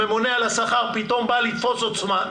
הממונה על השכר פתאום בא לתפוס עוצמה ואומר: